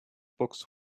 books